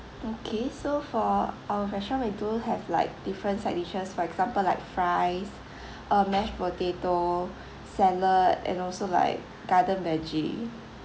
okay so for our restaurant we do have like different side dishes for example like fries uh mash potato salad and also like garden vege